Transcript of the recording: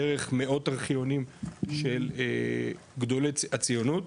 דרך מאות ארכיונים של גדולי הציונות,